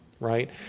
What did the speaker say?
right